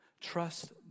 Trust